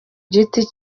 giti